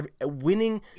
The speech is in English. Winning